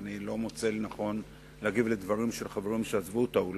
ואני לא מוצא לנכון להגיב לדברים של חברים שעזבו את האולם.